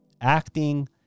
acting